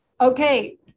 Okay